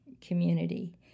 community